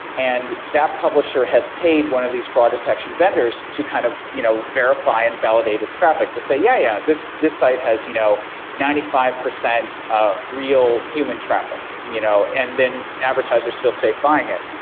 and that publisher has paid one of these fraud detection vendors to kind of you know verify and validate its traffic to say, yeah, yeah. this. this site has you know ninety five percent ah real human traffic, you know and then advertisers feel safe buying it.